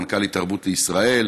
מנכ"לית "תרבות לישראל",